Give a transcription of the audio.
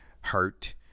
hurt